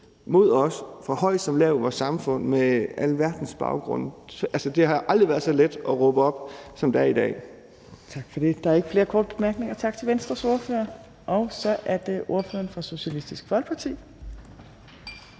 til os fra høj som lav i vores samfund med alverdens baggrunde. Altså, det har aldrig været så let at råbe os op, som det er i dag. Kl. 17:14 Tredje næstformand (Trine Torp): Tak for det. Der er ikke flere korte bemærkninger. Tak til Venstres ordfører. Og så er det ordføreren for Socialistisk Folkeparti,